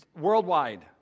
worldwide